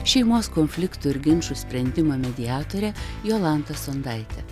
šeimos konfliktų ir ginčų sprendimo mediatore jolanta sondaite